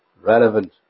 relevant